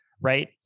right